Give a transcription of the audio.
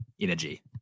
energy